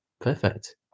perfect